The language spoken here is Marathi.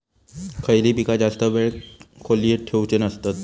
खयली पीका जास्त वेळ खोल्येत ठेवूचे नसतत?